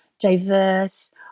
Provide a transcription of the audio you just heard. diverse